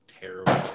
terrible